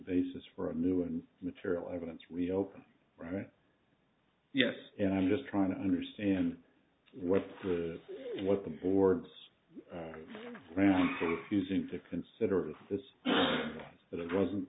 basis for a new and material evidence reopened right yes and i'm just trying to understand what the what the for its using to consider this or that it wasn't